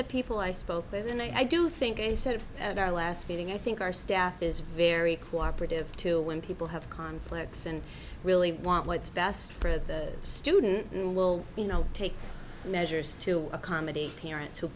the people i spoke with and i do think they said at our last meeting i think our staff is very co operative too when people have conflicts and really want what's best for the student and will you know take measures to accommodate parents who